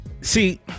See